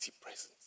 presence